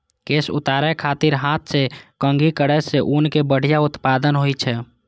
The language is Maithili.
केश उतारै खातिर हाथ सं कंघी करै सं ऊनक बढ़िया उत्पादन होइ छै